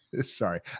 sorry